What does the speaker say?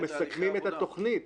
מסכמים את התוכנית.